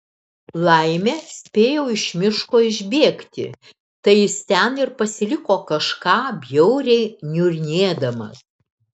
laimė spėjau iš miško išbėgti tai jis ten ir pasiliko kažką bjauriai niurnėdamas